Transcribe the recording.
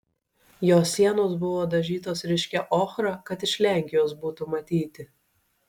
jo sienos buvo dažytos ryškia ochra kad iš lenkijos būtų matyti